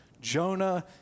Jonah